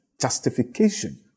justification